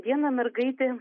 viena mergaitė